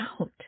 out